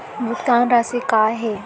भुगतान राशि का हे?